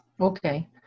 Okay